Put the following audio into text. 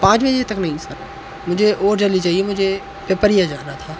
पाँच बजे तक नहीं सर मुझे और जल्दी चाहिए मुझे पेपरिया जाना था